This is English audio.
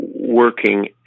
working